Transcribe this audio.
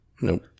Nope